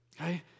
Okay